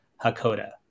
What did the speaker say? Hakoda